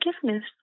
forgiveness